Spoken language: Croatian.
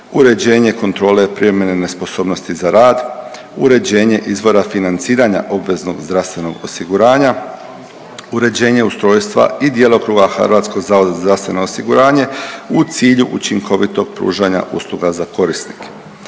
uređenje kontrole privremene nesposobnosti za rad, uređenje izvora financiranja obveznog zdravstvenog osiguranja, uređenje ustrojstva i djelokruga HZZO-a u cilju učinkovitog pružanja usluga za korisnike.